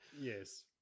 Yes